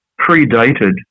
predated